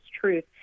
truth